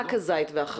רק הזית והחרוב.